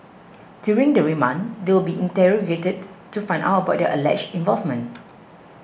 during the remand they will be interrogated to find out about their alleged involvement